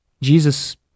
Jesus